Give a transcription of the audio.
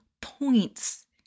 points